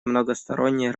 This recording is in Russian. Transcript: многосторонней